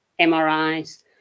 mris